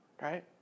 Right